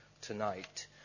tonight